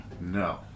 No